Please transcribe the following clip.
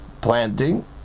planting